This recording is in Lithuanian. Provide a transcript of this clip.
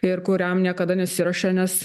ir kuriam niekada nesiruošia nes